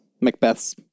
Macbeth's